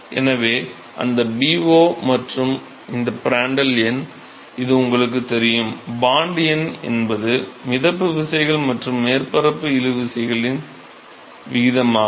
எனவே அந்த Bo மற்றும் இது பிராண்ட்டல் எண் இது உங்களுக்குத் தெரியும் பான்ட் எண் என்பது மிதப்பு விசைகள் மற்றும் மேற்பரப்பு இழுவிசைகளின் விகிதம் ஆகும்